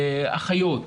אחיות,